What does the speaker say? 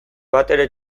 batere